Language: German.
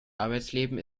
arbeitsleben